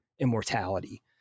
immortality